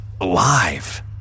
alive